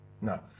No